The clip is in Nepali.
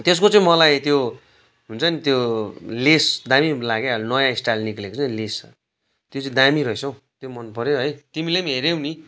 त्यसको चाहिँ मलाई त्यो हुन्छ नि त्यो लेस दामी लाग्यो अहिले नयाँ स्टाइल निस्किएको छ नि लेस त्यो चाहिँ दामी रहेछ हौ त्यो मन पऱ्यो है तिमीले पनि हेऱ्यौ नि